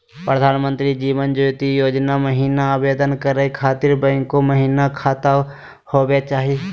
प्रधानमंत्री जीवन ज्योति योजना महिना आवेदन करै खातिर बैंको महिना खाता होवे चाही?